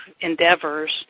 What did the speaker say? endeavors